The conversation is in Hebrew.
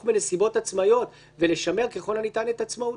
בנסיבות עצמאיות ולשמר ככל הניתן את עצמאותו,